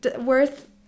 worth